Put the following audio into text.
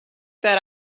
that